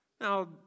Now